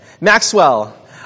Maxwell